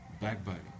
backbiting